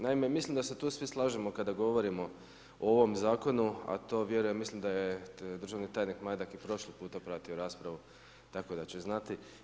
Naime, mislim da se tu svi slažemo kada govorimo o ovom zakonu, a to vjerujem ja mislim da je državni tajnik Majdak i prošli puta pratio raspravu, tako da će znati.